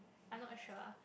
I not sure